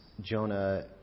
Jonah